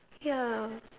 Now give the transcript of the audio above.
ya